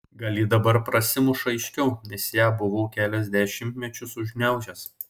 gal ji dabar prasimuša aiškiau nes ją buvau kelis dešimtmečius užgniaužęs